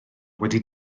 wedi